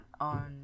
on